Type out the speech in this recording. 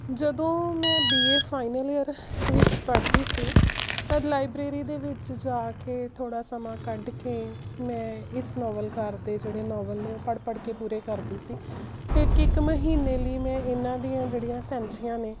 ਜਦੋਂ ਮੈਂ B A final year ਵਿੱਚ ਪੜ੍ਹਦੀ ਸੀ ਤਾਂ ਲਾਈਬਰੇਰੀ ਦੇ ਵਿੱਚ ਜਾ ਕੇ ਥੋੜ੍ਹਾ ਸਮਾਂ ਕੱਢ ਕੇ ਮੈਂ ਇਸ ਨਾਵਲਕਾਰ ਦੇ ਜਿਹੜੇ ਨਾਵਲ ਨੇ ਪੜ੍ਹ ਪੜ੍ਹ ਕੇ ਪੂਰੇ ਕਰਦੀ ਸੀ ਇੱਕ ਇੱਕ ਮਹੀਨੇ ਲਈ ਮੈਂ ਇਹਨਾਂ ਦੀਆਂ ਜਿਹੜੀਆਂ ਸੈਂਚੀਆਂ ਨੇ